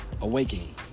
Awakening